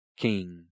king